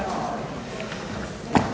Hvala